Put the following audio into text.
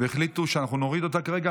והחליטו שאנחנו נוריד אותה כרגע.